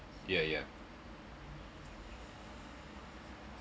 yeah yeah